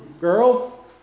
girl